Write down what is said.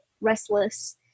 restless